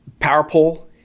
Powerpole